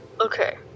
Okay